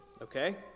Okay